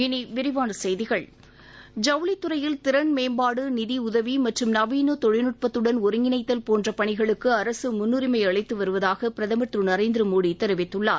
இனி விரிவான செய்திகள் ஜவுளித்துறையில் திறன் மேம்பாடு நிதியுதவி மற்றும் நவீன தொழில்நுட்பத்துடன் ஒருங்கிணைத்தல் போன்ற பணிகளுக்கு அரசு முன்னுரிமை அளித்து வருவதாக பிரதமர் திரு நரேந்திர மோடி தெரிவித்துள்ளார்